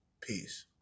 Peace